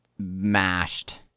mashed